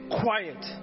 quiet